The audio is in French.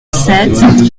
sept